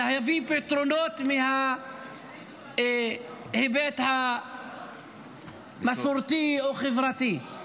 להביא פתרונות מההיבט המסורתי או החברתי.